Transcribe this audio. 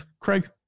Craig